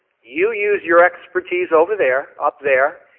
you use your expertise over there, up there,